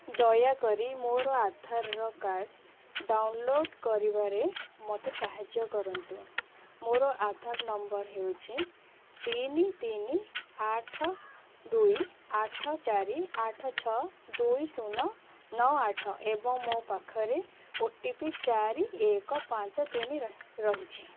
ଦୟାକରି ମୋର ଆଧାରର କାର୍ଡ଼ ଡାଉନଲୋଡ଼୍ କରିବାରେ ମୋତେ ସାହାଯ୍ୟ କରନ୍ତୁ ମୋର ଆଧାର ନମ୍ବର ହେଉଛି ତିନି ତିନି ଆଠ ଦୁଇ ଆଠ ଚାରି ଆଠ ଛଅ ଦୁଇ ଶୂନ ନଅ ଆଠ ଏବଂ ମୋ ପାଖରେ ଓ ଟି ପି ଚାରି ଏକ ପାଞ୍ଚ ତିନି ରହିଛି